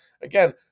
again